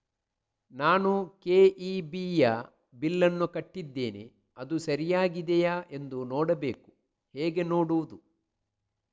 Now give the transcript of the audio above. ನಾನು ಕೆ.ಇ.ಬಿ ಯ ಬಿಲ್ಲನ್ನು ಕಟ್ಟಿದ್ದೇನೆ, ಅದು ಸರಿಯಾಗಿದೆಯಾ ಎಂದು ನೋಡಬೇಕು ಹೇಗೆ ನೋಡುವುದು?